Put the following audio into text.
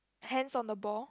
hands on the ball